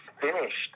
finished